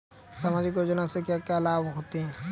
सामाजिक योजना से क्या क्या लाभ होते हैं?